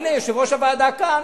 הנה, יושב-ראש הוועדה כאן.